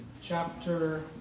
chapter